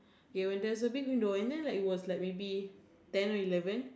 yeah when there is a big window and then like it was like maybe seven or eleven